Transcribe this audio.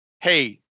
Hey